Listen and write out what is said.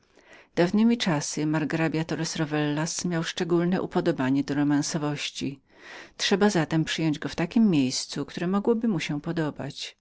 dawnemi czasy margrabia torres rovellas szczególne miał upodobanie do romansowości trzeba zatem przyjąć go w miejscach któreby mogły mu się podobać